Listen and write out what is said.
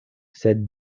sed